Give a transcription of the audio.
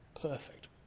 perfect